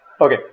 Okay